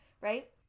right